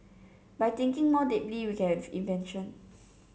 by thinking more deeply we can have invention